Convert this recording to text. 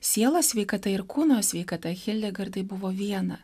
sielos sveikata ir kūno sveikata hildegardai buvo viena